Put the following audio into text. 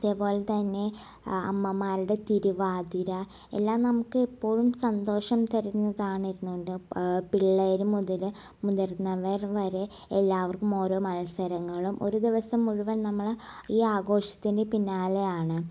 അതേപോലെ തന്നെ അമ്മമാരുടെ തിരുവാതിര എല്ലാം നമുക്ക് എപ്പോഴും സന്തോഷം തരുന്നതാണിരുന്നോണ്ട് പിള്ളേർ മുതൽ മുതിർന്നവർ വരെ എല്ലാവർക്കും ഓരോ മത്സരങ്ങളും ഒരു ദിവസം മുഴുവൻ നമ്മൾ ഈ ആഘോഷത്തിൻ്റെ പിന്നാലെയാണ്